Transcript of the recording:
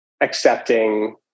accepting